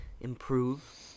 improve